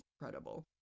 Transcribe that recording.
incredible